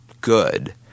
good